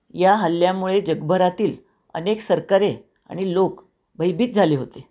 या हल्ल्यामुळे जगभरातील अनेक सरकारे आणि लोक भयभीत झाले होते